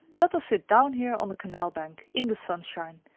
let us sit down here on the canal bank, in the sunshine,